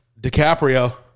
DiCaprio